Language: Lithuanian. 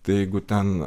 tai jeigu ten